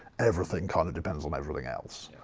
everything kind of depends on everything else.